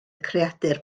creadur